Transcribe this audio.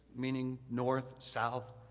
meaning north, south,